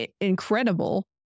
incredible